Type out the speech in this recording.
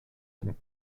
and